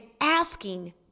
asking